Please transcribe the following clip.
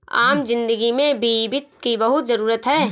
आम जिन्दगी में भी वित्त की बहुत जरूरत है